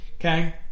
okay